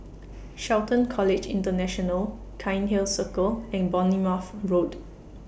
Shelton College International Cairnhill Circle and Bournemouth Road